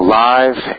live